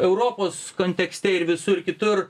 europos kontekste ir visur kitur